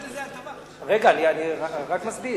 רגע, אני רק מסביר.